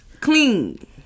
clean